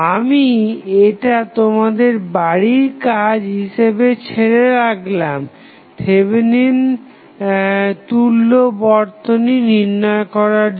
আমি এটা তোমাদের বাড়ির কাজ হিসাবে ছেড়ে রাখলাম থেভেনিন তুল্য বর্তনী নির্ণয় করার জন্য